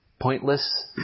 pointless